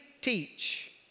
teach